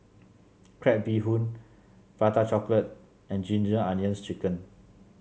Crab Bee Hoon Prata Chocolate and Ginger Onions chicken